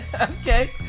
Okay